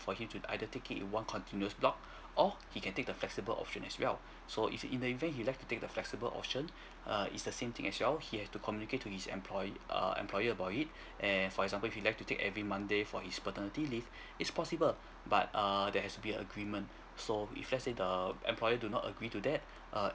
for him to either take it in one continuous block or he can take the flexible option as well so if in the event he would like to take the flexible option err it's the same thing as well he has to communicate to his employ~ err employer about it and for example if he would like to take every monday for his paternity leave is possible but err there has to be agreement so if let's say the employer do not agree to that err